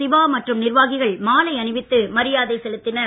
சிவா மற்றும் நிர்வாகிகள் மாலையணிவித்து மரியாதை செலுத்தினர்